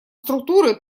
структуры